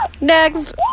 Next